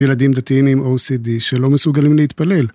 ילדים דתיים עם OCD שלא מסוגלים להתפלל.